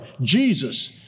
Jesus